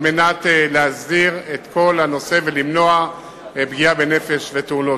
כדי להסדיר את כל הנושא ולמנוע פגיעה בנפש ותאונות.